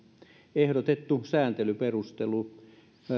ehdotettu sääntelyperustelu